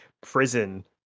prison